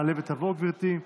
תעלה ותבוא גברתי,